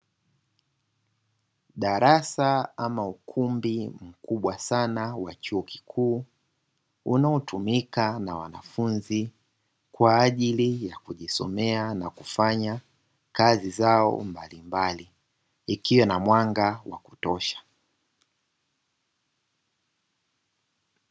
Darasa ama ukumbi mkubwa sana wa chuo kikuu unaotumika na wanafunzi kwa ajili ya kujisomea na kufanya kazi zao mbalimbali, ikiwa na mwanga wa kutosha.